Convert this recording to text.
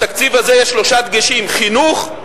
בתקציב הזה יש שלושה דגשים: חינוך,